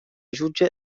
jutge